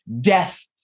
Death